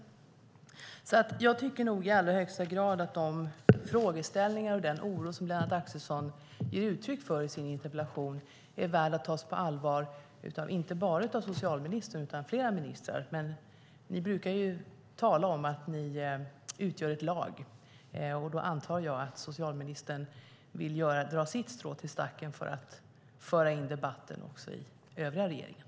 Jag tycker i allra högsta grad att de frågeställningar och den oro som Lennart Axelsson ger uttryck för i sin interpellation är värda att tas på allvar, inte bara av socialministern, utan av flera ministrar. Ni brukar ju tala om att ni utgör ett lag. Då antar jag att socialministern vill dra sitt strå till stacken för att föra in debatten i den övriga regeringen.